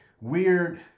weird